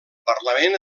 parlament